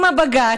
עם הבג"ץ,